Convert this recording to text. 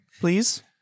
please